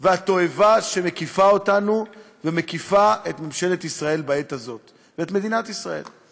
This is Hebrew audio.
והתועבה שמקיפה אותנו ומקיפה את ממשלת ישראל ואת מדינת ישראל בעת הזאת?